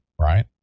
right